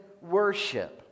worship